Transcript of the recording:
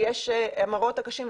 המראות הקשים,